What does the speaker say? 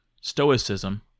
stoicism